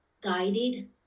guided